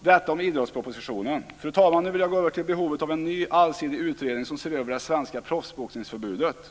Detta om idrottspropositionen. Fru talman! Nu vill jag gå över till behovet av en ny allsidig utredning som ser över det svenska proffsboxningsförbudet.